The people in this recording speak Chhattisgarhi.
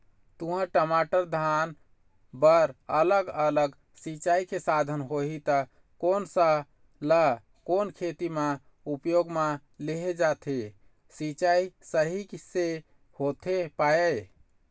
तुंहर, टमाटर, धान बर अलग अलग सिचाई के साधन होही ता कोन सा ला कोन खेती मा उपयोग मा लेहे जाथे, सिचाई सही से होथे पाए?